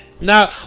No